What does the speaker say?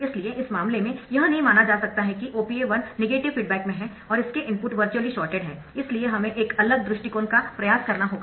इसलिए इस मामले में यह नहीं माना जा सकता है कि OPA 1 नेगेटिव फीडबैक में है और इसके इनपुट वर्चुअली शॉर्टेड है इसलिए हमें एक अलग दृष्टिकोण का प्रयास करना होगा